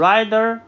Rider